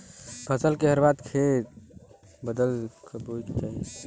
फसल के हर बार खेत बदल क बोये के चाही